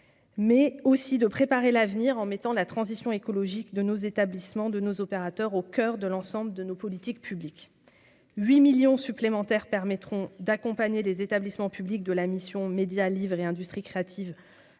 Mais aussi de préparer l'avenir en mettant la transition écologique de nos établissements de nos opérateurs au coeur de l'ensemble de nos politiques publiques 8 millions supplémentaires permettront d'accompagner les établissements publics de la mission Médias livre et industries créatives,